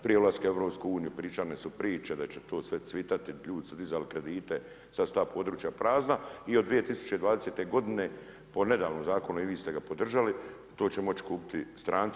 Prije ulaska u EU pričane su priče da će to sve cvjetati, ljudi su dizali kredite, sad su ta područja prazna i od 2020. godine po nedavnom Zakonu, i vi ste ga podržali, to će moći kupiti stranci.